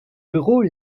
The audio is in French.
ruraux